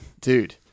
dude